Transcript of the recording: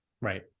right